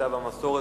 כמיטב המסורת,